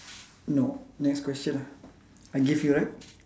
no next question lah I give you right